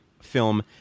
film